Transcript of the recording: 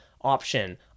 option